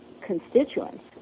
constituents